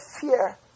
fear